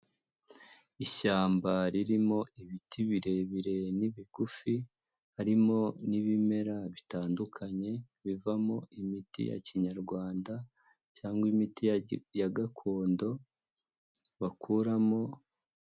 Ishyamba ririmo ibiti birebire n'ibigufi, harimo n'ibimera bitandukanye, bivamo imiti ya kinyarwanda cyangwa imiti ya gakondo bakuramo.